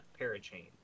parachain